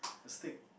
a stick